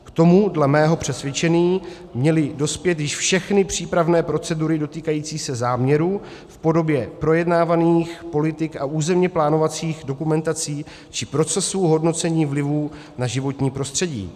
K tomu dle mého přesvědčení měly dospět již všechny přípravné procedury dotýkající se záměru v podobě projednávaných politik a územně plánovacích dokumentací či procesů hodnocení vlivu na životní prostředí.